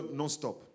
non-stop